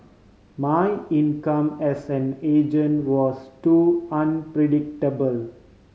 my income as an agent was too unpredictable